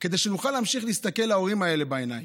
כדי שנוכל להמשיך להסתכל להורים האלה בעיניים.